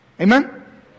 Amen